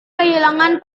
kehilangan